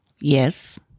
Yes